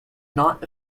not